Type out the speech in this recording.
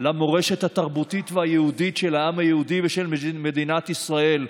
למורשת התרבותית והיהודית של העם היהודי ושל מדינת ישראל.